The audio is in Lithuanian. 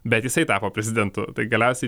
bet jisai tapo prezidentu tai galiausiai